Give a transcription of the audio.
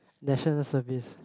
National Service